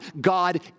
God